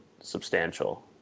substantial